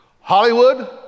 Hollywood